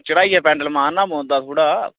चढ़ाइया pedal मारना पौंदा थोह्ड़ा